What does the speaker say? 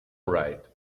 right